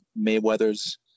mayweather's